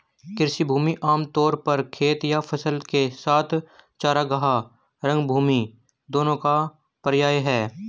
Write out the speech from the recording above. कृषि भूमि आम तौर पर खेत या फसल के साथ चरागाह, रंगभूमि दोनों का पर्याय है